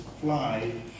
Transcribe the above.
fly